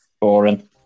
Boring